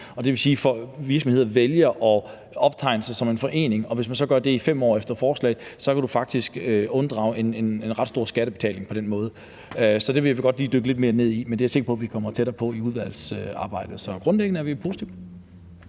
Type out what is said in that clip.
det vil sige, at virksomheder vælger at optegne sig som en forening, og hvis man så gør det i 5 år, kan man faktisk, ifølge forslaget, unddrage en ret stor skattebetaling på den måde. Så det vil vi godt dykke lidt mere ned i, men det er jeg sikker på at vi kommer tættere på i udvalgsarbejdet. Så grundlæggende er vi positive